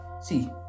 See